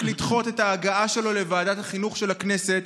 לדחות את ההגעה שלו לוועדת החינוך של הכנסת,